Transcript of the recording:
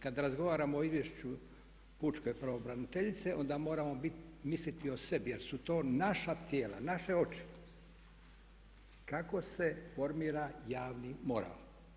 Kada razgovaramo o Izvješću pučke pravobraniteljice onda moramo misliti o sebi jer su to naša tijela, naše oči, kako se formira javni moral.